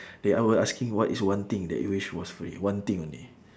they all will asking what is one thing that you wish was free one thing only